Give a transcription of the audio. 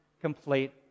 complete